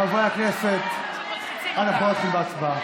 חברי הכנסת, אנחנו לא נתחיל בהצבעה,